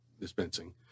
dispensing